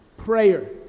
Prayer